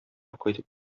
кайтып